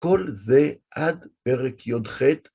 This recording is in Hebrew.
כל זה עד פרק יח.